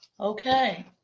Okay